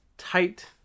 tight